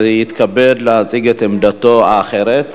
הוא יתכבד להציג את עמדתו האחרת.